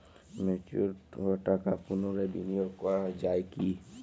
Mature হওয়া টাকা পুনরায় বিনিয়োগ করা য়ায় কি?